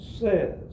says